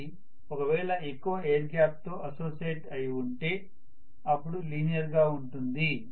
అది ఒకవేళ ఎక్కువ ఎయిర్ గ్యాప్ తో అసోసియేట్ అయి ఉంటే అపుడు లీనియర్ గా ఉంటుంది